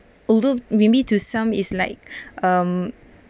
although maybe to some is like um